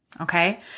Okay